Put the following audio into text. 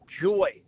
joy